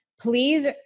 please